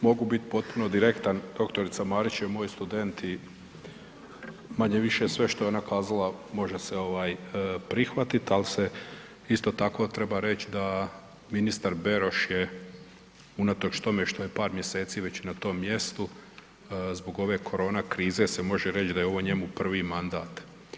Mogu biti potpuno direktan, dr. Marić je moj student i manje-više sve što je ona kazala, može se prihvatiti ali se isto tako treba reći da ministar Beroš je unatoč tome što je par mjeseci već na tom mjestu, zbog ove korona krize se može reći da je ovo njemu prvi mandat.